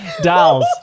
Dolls